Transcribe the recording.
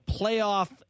playoff